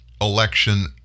election